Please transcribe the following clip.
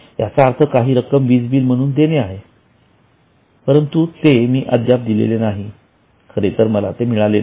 याचा अर्थ काही रक्कम विज बिल म्हणून देणे आहे परंतु ते मी अद्याप दिलेले नाही खरेतर मला ते मिळाले नाही